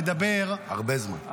לדבר --- הרבה זמן.